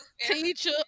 teacher